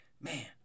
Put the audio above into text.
man